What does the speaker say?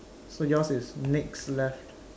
so yours is next left